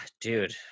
Dude